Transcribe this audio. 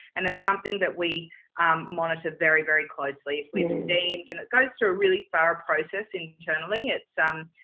and it's something that we um monitor very, very closely. if we've deemed, and it goes through a really thorough process internally, it's, um,